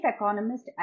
economist